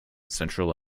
central